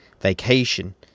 vacation